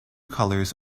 colors